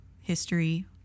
history